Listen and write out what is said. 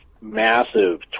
massive